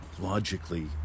logically